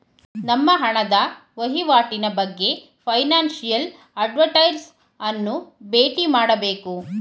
ನಮ್ಮ ಹಣದ ವಹಿವಾಟಿನ ಬಗ್ಗೆ ಫೈನಾನ್ಸಿಯಲ್ ಅಡ್ವೈಸರ್ಸ್ ಅನ್ನು ಬೇಟಿ ಮಾಡಬೇಕು